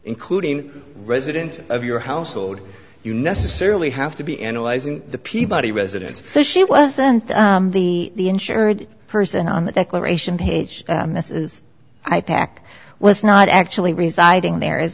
including resident of your household you necessarily have to be analyzing the peabody residence so she wasn't the insured person on the declaration page this is aipac was not actually residing there is